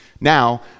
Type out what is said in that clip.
Now